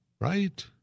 right